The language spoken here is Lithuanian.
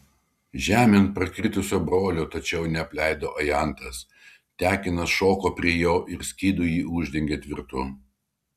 žemėn parkritusio brolio tačiau neapleido ajantas tekinas šoko prie jo ir skydu jį uždengė tvirtu